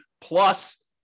plus